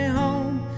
home